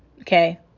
Okay